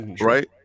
right